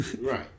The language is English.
Right